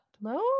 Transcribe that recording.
No